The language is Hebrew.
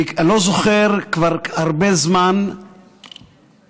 אני לא זוכר כבר הרבה זמן כמה,